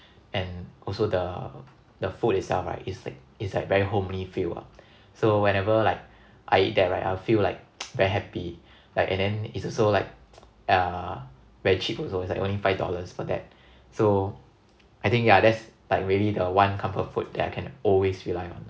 and also the the food itself right it's like it's like very homey feel ah so whenever like I eat there right I'll feel like very happy like and then it's also like uh very cheap also it's like only five dollars for that so I think yeah that's like really the one comfort food that I can always rely on